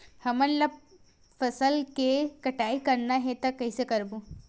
हमन ला फसल के कटाई करना हे त कइसे करबो?